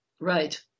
right